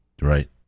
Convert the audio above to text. Right